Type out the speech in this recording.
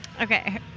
Okay